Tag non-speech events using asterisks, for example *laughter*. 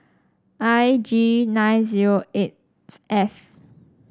I G nine zero eight *unintelligible* F